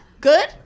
good